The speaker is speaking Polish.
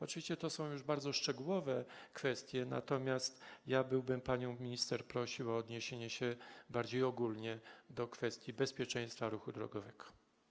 Oczywiście to są już bardzo szczegółowe kwestie, natomiast prosiłbym panią minister o odniesienie się bardziej ogólnie do kwestii bezpieczeństwa ruchu drogowego.